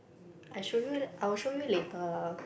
I show you I will show you later lah